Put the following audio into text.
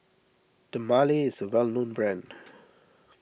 Dermale is a well known brand